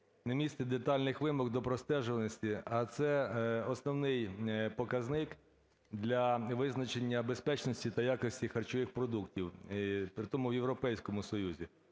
не містить детальних вимог до простежуваності, а це основний показник для визначення безпечності та якості харчових продуктів, при тому у Європейському Союзі.